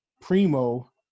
Primo